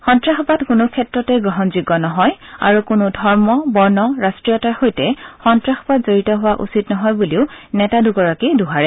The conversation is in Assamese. সন্তাসবাদ কোনো ক্ষেত্ৰতে গ্ৰহণযোগ্য নহয় আৰু কোনো ধৰ্ম বৰ্ণ ৰাষ্টীয়তাৰ সৈতে সন্নাসবাদ জড়িত হোৱা উচিত নহয় বুলিও নেতাগৰাকীয়ে দোহাৰে